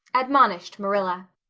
admonished marilla.